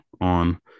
on